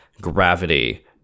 gravity